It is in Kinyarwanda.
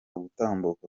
gutambuka